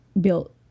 built